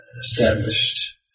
established